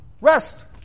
Rest